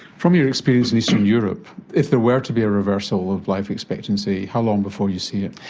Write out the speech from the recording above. from your experience in eastern europe, if there were to be a reversal of life expectancy, how long before you see it?